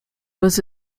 was